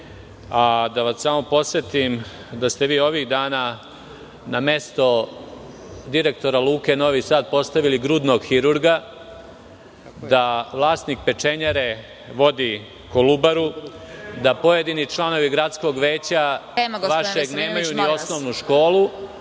Da vas samo podsetim da ste vi ovih dana na mesto direktora Luke Novi Sad postavili grudnog hirurga, da vlasnik pečenjare vodi "Kolubaru", da pojedini članovi gradskog veća vašeg nemaju ni osnovnu školu…